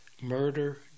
Murder